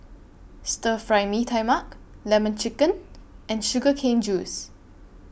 Stir Fry Mee Tai Mak Lemon Chicken and Sugar Cane Juice